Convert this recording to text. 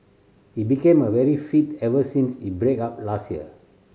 he became a very fit ever since he break up last year